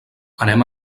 anem